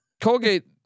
Colgate